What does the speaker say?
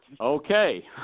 Okay